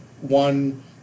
one